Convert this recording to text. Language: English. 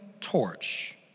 torch